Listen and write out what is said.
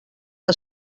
que